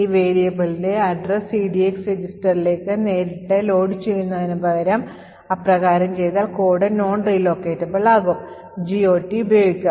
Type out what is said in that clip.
ഈ വേരിയബിളിന്റെ address EDX രജിസ്റ്ററിലേക്ക് നേരിട്ട് ലോഡുചെയ്യുന്നതിനു പകരം അപ്രകാരം ചെയ്താൽ കോഡ് non relocatable ആകും GOT ഉപയോഗിക്കാം